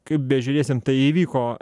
kaip bežiūrėsim tai įvyko